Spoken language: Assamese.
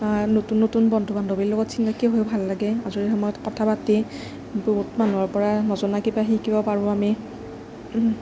বা নতুন নতুন বন্ধু বান্ধবীৰ লগত চিনাকী হৈয়ো ভাল লাগে আজৰি সময়ত কথা পাতি বহুত মানুহৰ পৰা নজনা কিবা শিকিব পাৰোঁ আমি